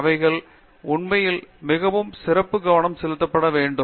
அவைகள் உண்மையில் மிகவும் சிறப்பு கவனம் செலுத்த வேண்டும்